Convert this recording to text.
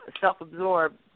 self-absorbed